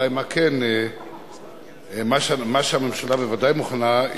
אולי מה כן: מה שהממשלה בוודאי מוכנה,